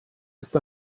ist